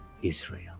Israel